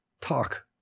talk